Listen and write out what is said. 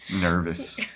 nervous